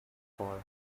for